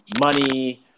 money